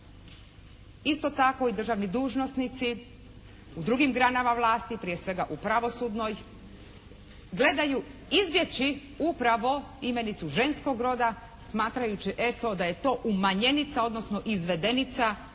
isto tako i državni dužnosnici u drugim granama vlasti prije svega u pravosudnoj gledaju izbjeći upravo imenicu ženskog roda smatrajući eto da je to umanjenica odnosno izvedenica